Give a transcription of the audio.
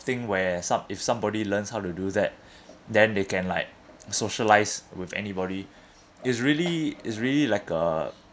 thing where some~ if somebody learns how to do that then they can like socialise with anybody is really is really like a